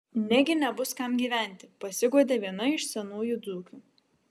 negi nebus kam gyventi pasiguodė viena iš senųjų dzūkių